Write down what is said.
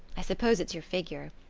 i suppose it's your figure.